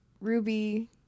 ruby